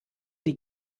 die